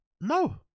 No